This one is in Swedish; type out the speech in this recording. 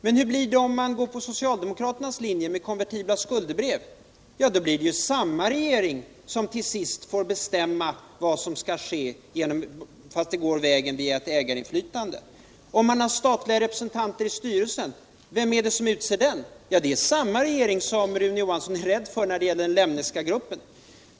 Men hur blir det om man går på den socialdemokratiska linjen med konvertibla skuldebrev? Jo, det blir samma regering som till sist får bestämma vad som skall ske — fast det går vägen via ett ägarinflytande. Vem är det som utser en statlig representant i styrelsen? Jo, det är samma regering som Rune Johansson är rädd för när det gäller den Lemneska gruppen.